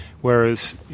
Whereas